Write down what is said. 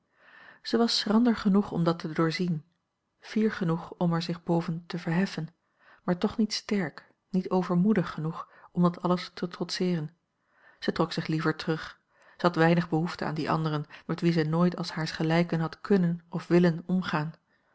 zij was schrander genoeg om dat te doorzien fier genoeg om er zich boven te verheffen maar toch niet sterk niet overmoedig genoeg om dat alles te trotseeren zij trok zich liever terug zij had weinig behoefte aan die anderen met wie zij nooit als haars gelijken had kunnen of willen omgaan